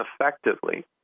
effectively